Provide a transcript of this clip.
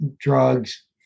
drugs